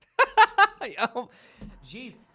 Jeez